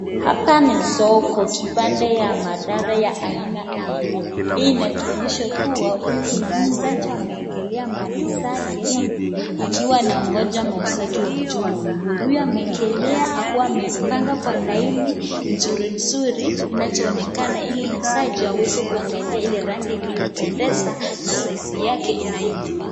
Hapa ni soko kipande ya madara ya aina aina, hii inatuonyesha kuwa huyu kuna muuzaji ameekelea mali zake akiwa anangoja mauzaji wakuje wanunue. Huyu ameekelea akiwa amepanga kwa laini nzuri nzuri inazonekana ili muuzaji aweze kuangalia ile rangi iliyopendeza na size yake inayomfaa.